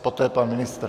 Poté pan ministr.